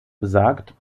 besagt